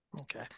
Okay